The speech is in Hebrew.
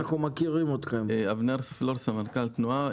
סמנכ"ל תנועה.